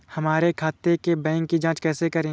हमारे खाते के बैंक की जाँच कैसे करें?